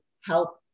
help